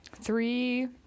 three